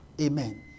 Amen